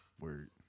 Word